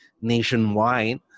nationwide